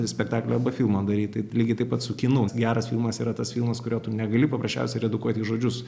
spektaklio arba filmo daryti tai lygiai taip pat su kinu geras filmas yra tas filmas kurio tu negali paprasčiausiai redukuoti į žodžius